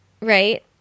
right